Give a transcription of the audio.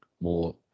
more